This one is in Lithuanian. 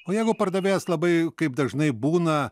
o jeigu pardavėjas labai kaip dažnai būna